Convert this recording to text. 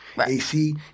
AC